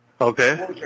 Okay